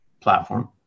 platform